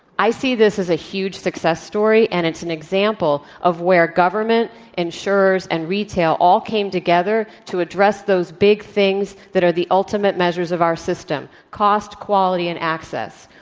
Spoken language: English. i see this as a huge success story and it's an example of where government insurers and retail all came together to address those big things that are the ultimate measures of our system, cost, quality, and access.